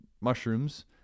mushrooms